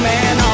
Man